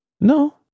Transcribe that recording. No